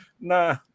nah